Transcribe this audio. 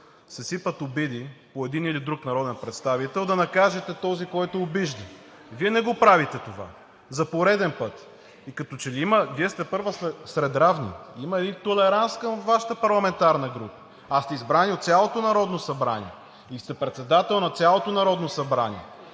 се сипят обиди по един или друг народен представител, да накажете този, който обижда, Вие не го правите това за пореден път. Вие сте първа сред равни. Има един толеранс към Вашата парламентарна група, а сте избрана от цялото Народно събрание и сте председател на цялото Народно събрание,